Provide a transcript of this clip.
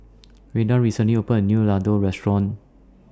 Redden recently opened A New Ladoo Restaurant